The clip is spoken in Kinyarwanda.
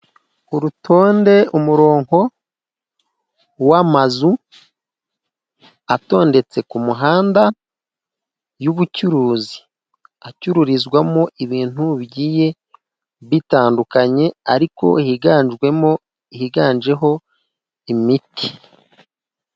Urutonde umurongo w'amazu atondetse ku muhanda y'ubucuruzi acururizwamo ibintu bigiye bitandukanye ariko higanjemo imiti.